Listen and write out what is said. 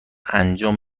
انجام